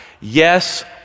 yes